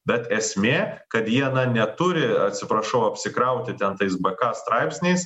bet esmė kad jie na neturi atsiprašau apsikrauti ten tais bk straipsniais